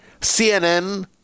CNN